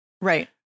Right